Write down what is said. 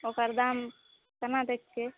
ओकर दाम केना दै छियै